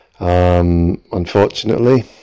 Unfortunately